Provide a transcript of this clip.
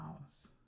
house